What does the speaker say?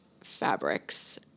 fabrics